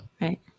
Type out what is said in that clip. Right